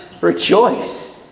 rejoice